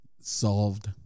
solved